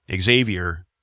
Xavier